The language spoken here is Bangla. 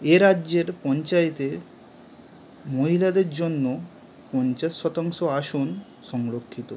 এ রাজ্যের পঞ্চায়েতে মহিলাদের জন্য পঞ্চাশ শতাংশ আসন সংরক্ষিত